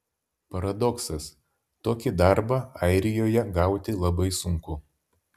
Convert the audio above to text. paradoksas tokį darbą airijoje gauti labai sunku